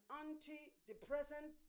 antidepressant